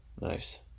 Nice